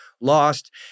lost